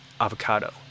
avocado